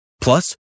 Plus